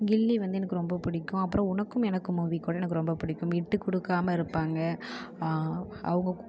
கில்லி வந்து எனக்கு ரொம்ப பிடிக்கும் அப்புறம் உனக்கும் எனக்கும் மூவி கூட எனக்கு ரொம்ப பிடிக்கும் விட்டு கொடுக்காம இருப்பாங்க அவங்க